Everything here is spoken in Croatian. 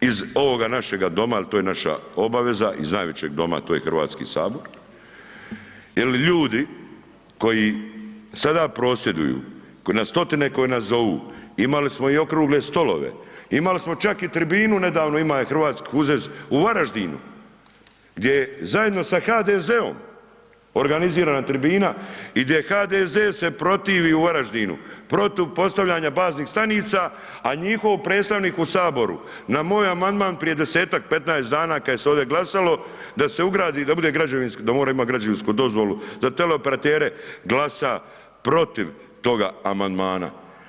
iz ovoga našega Doma, jer to je naša obaveza, iz … Doma, to je Hrvatski sabor, jer ljudi, koji sada prosvjeduju stotine koji nas zovu, imali smo okrugle stolove, imali smo čak i tribinu, nedavno, imaju u Hrvatsku … u Varaždinu, gdje je zajedno sa HDZ-om, organizirana tribina i gdje HDZ se protivi u Varaždinu, protu postavljanja baznih stanica, a njihov predstavnik u Saboru, na moj amandman prije 10-15 dana kada se ovdje glasalo, da se ugradi, da bude građevinski, da mora imati građevinsku dozvolu, za teleoperatere glasa protiv toga amandmana.